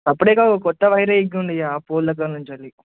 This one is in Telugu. అప్పుడే కొత్త వైర్ ఇగ్గి ఉందిగా ఆ పోల్ల కాడి నుంచి వెళ్లి